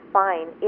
fine